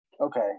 Okay